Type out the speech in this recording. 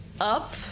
up